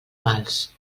mals